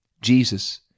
Jesus